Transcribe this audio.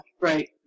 right